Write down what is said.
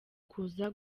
kuza